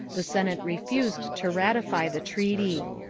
the senate refused to ratify the treaty.